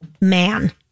man